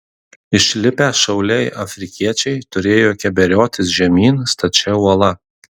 išlipę šauliai afrikiečiai turėjo keberiotis žemyn stačia uola